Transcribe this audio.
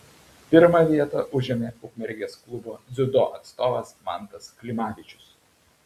pirmą vietą užėmė ukmergės klubo dziudo atstovas mantas klimavičius